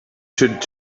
should